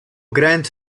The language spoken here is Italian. grant